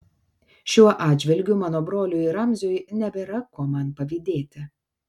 šiuo atžvilgiu mano broliui ramziui nebėra ko man pavydėti